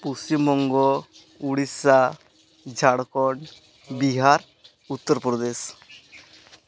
Paschim Banga Odisha Jharkhand Bihar Uttar Pradesh